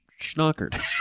schnockered